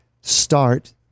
start